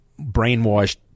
brainwashed